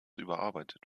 überarbeitet